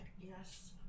Yes